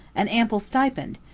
an ample stipend,